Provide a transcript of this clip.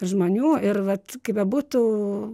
žmonių ir vat kaip bebūtų